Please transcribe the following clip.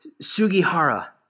Sugihara